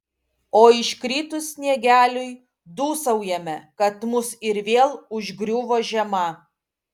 o iškritus sniegeliui dūsaujame kad mus ir vėl užgriuvo žiema